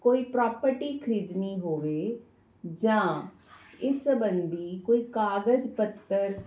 ਕੋਈ ਪ੍ਰੋਪਰਟੀ ਖਰੀਦਣੀ ਹੋਵੇ ਜਾਂ ਇਸ ਸਬੰਧੀ ਕੋਈ ਕਾਗਜ਼ ਪੱਤਰ